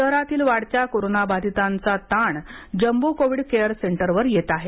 शहरातील वाढत्या कोरोनाबाधितांचा ताण जम्बो कोविड केअर सेंटरवर येत आहे